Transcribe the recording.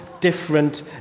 different